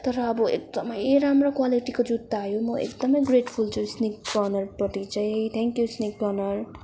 तर अब एकदमै राम्रो क्वालिटीको जुत्ता आयो म एकदमै ग्रेटफुल छु स्लिक कर्नरपट्टि चाहिँ थ्याङ्क यु स्लिक कर्नर